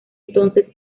entonces